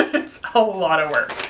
it's a lot of work.